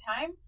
time